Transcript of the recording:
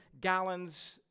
gallons